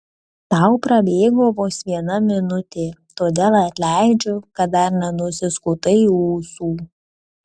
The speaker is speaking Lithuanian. tau prabėgo vos viena minutė todėl atleidžiu kad dar nenusiskutai ūsų